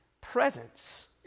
presence